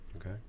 Okay